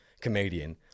comedian